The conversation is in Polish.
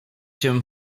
się